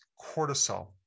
cortisol